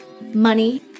money